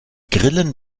grillen